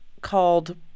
called